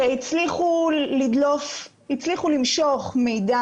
והצליחו למשוך מידע,